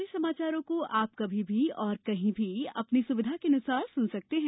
हमारे समाचारों को अब आप कभी भी और कहीं भी अपनी सुविधा के अनुसार सुन सकते हैं